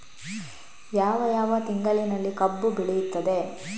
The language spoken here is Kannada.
ಯಾವ ಯಾವ ತಿಂಗಳಿನಲ್ಲಿ ಕಬ್ಬು ಬೆಳೆಯುತ್ತದೆ?